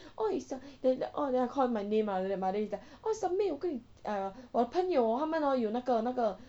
oh is the then call my name ah the mother is the 小妹我跟你讲我朋友 hor 他们 hor 有那个那个